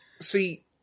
See